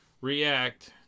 react